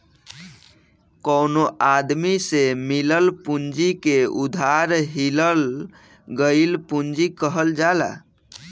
कवनो आदमी से मिलल पूंजी के उधार लिहल गईल पूंजी कहल जाला